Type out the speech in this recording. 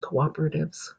cooperatives